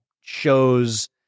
shows